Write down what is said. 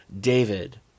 David